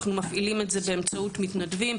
אנחנו מפעילים את זה באמצעות מתנדבים.